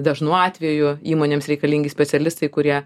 dažnu atveju įmonėms reikalingi specialistai kurie